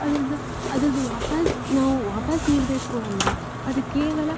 ಆದ್ದರಿಂದ ಅದರದ್ದು ವಾಪಸ್ಸು ನಾವು ವಾಪಸ್ಸು ನೀಡಬೇಕು ಅಂದರೆ ಅದು ಕೇವಲ